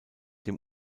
dem